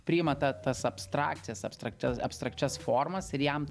priima ta tas abstrakcijas abstrakčias abstrakčias formas ir jam